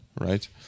right